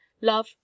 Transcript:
Love